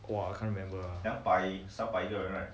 !wah! I can't remember ah